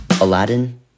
Aladdin